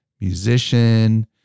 musician